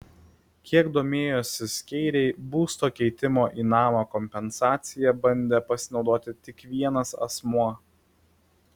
kiek domėjosi skeiriai būsto keitimo į namą kompensacija bandė pasinaudoti tik vienas asmuo